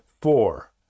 four